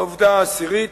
העובדה העשירית: